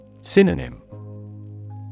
Synonym